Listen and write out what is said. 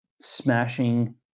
smashing